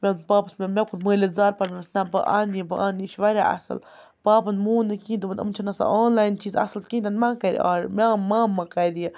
مےٚ ووٚن پاپَس مےٚ ووٚن مےٚ کوٚر مٲلِس زارٕپار ووٚنمَس نہ بہٕ اَنہٕ یہِ بہٕ اَنہٕ یہِ چھِ واریاہ اَصٕل پاپَن مون نہٕ کِہیٖنۍ دوٚپُن إم چھِنہٕ آسان آنلاین چیٖز اَصٕل کِہیٖنۍ تہِ نہٕ مہ کَر یہِ آرڈَر مےٚ آو ما مہ کر یہِ